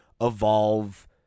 evolve